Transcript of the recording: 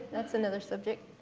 that's another subject.